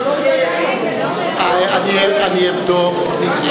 אדוני, אני אבדוק.